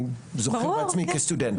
אני זוכר בעצמי כסטודנט.